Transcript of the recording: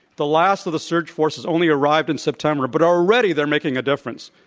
the last of the surge forces only arrived in september but already they're making a difference.